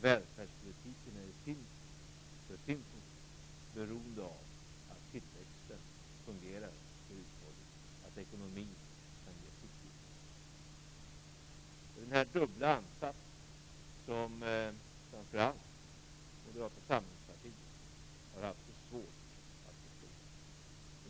Välfärdspolitiken är i sin tur för sin funktion beroende av att tillväxten fungerar och är uthållig och att ekonomin kan ge sitt bidrag. Det är den här dubbla ansatsen som framför allt Moderata samlingspartiet har haft så svårt att förstå.